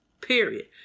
Period